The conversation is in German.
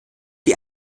die